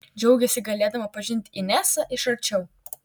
džiaugėsi galėdama pažinti inesą iš arčiau